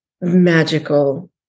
magical